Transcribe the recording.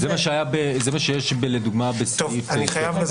זה מה שיש לדוגמה בסעיף --- אני חייב לזוז.